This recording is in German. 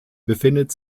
befindet